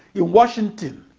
in washington,